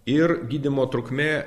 ir gydymo trukmė